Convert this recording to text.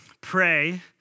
pray